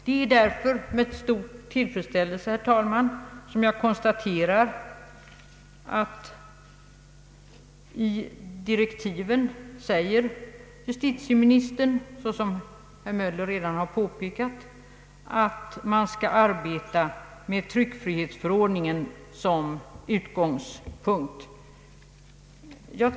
Det är därför med stor tillfredsställelse som jag konstaterar att justitieministern, såsom herr Möller redan har påpekat, säger i direktiven att arbetet skall ske med tryckfrihetsförordningen som utgångspunkt.